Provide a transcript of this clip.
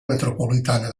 metropolitana